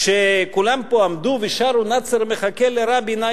כשכולם פה עמדו ושרו "נאצר מחכה לרבין,